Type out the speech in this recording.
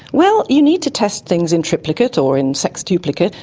well, you need to test things in triplicate or in sextuplicate.